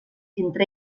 entre